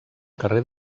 carrer